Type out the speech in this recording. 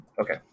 okay